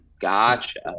Gotcha